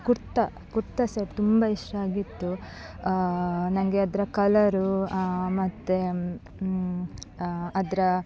kurta kurta set ತುಂಬ ಇಷ್ಟ ಆಗಿತ್ತು ನನಗೆ ಅದರ ಕಲರು ಮತ್ತು ಅದರ